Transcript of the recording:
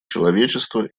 человечества